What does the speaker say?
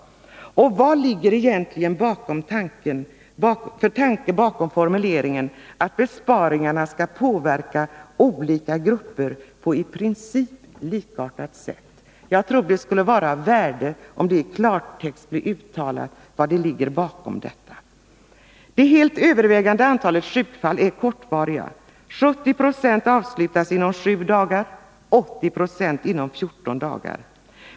Vad ligger det egentligen för tanke bakom formuleringen att besparingarna skall påverka olika grupper på i princip likartat sätt? Jag tror att det skulle vara av värde om det i klartext blev uttalat vad som ligger bakom detta. Det helt övervägande antalet sjukfall är kortvariga. 70 96 avslutas inom 7 dagar och 80 20 inom 14 dagar.